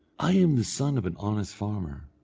i am the son of an honest farmer,